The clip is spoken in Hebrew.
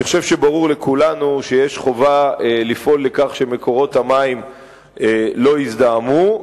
אני חושב שברור לכולנו שיש חובה לפעול לכך שמקורות המים לא יזדהמו.